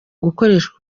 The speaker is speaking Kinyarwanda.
gukoreshwa